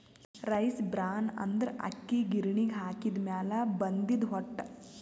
rice bran ಅಂದ್ರ ಅಕ್ಕಿ ಗಿರಿಣಿಗ್ ಹಾಕಿದ್ದ್ ಮ್ಯಾಲ್ ಬಂದಿದ್ದ್ ಹೊಟ್ಟ